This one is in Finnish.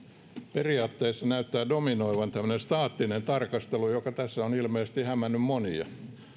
periaatteissa näyttää dominoivan tämmöinen staattinen tarkastelu joka tässä on ilmeisesti hämännyt monia